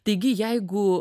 taigi jeigu